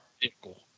vehicle